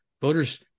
voters